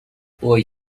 boy